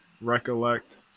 recollect